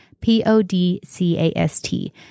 p-o-d-c-a-s-t